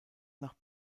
nach